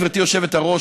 גברתי היושבת-ראש,